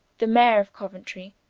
the maior of couentry,